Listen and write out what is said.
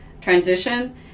transition